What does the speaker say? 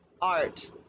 art